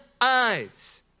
eyes